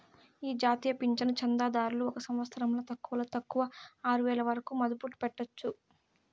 ఈ జాతీయ పింఛను చందాదారులు ఒక సంవత్సరంల తక్కువలో తక్కువ ఆరువేల వరకు మదుపు పెట్టొచ్చు